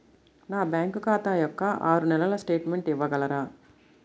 నా బ్యాంకు ఖాతా యొక్క ఆరు నెలల స్టేట్మెంట్ ఇవ్వగలరా?